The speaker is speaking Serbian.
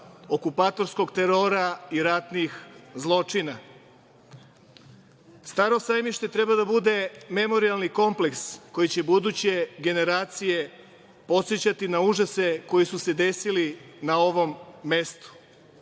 okupatorskog terora i ratnih zločina. Staro sajmište treba da bude memorijalni kompleks koji će buduće generacije podsećati na užase koji su se desili na ovom mestu.